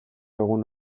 egun